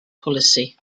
policy